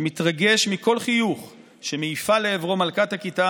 שמתרגש מכל חיוך שמעיפה לעברו מלכת הכיתה